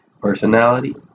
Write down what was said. personality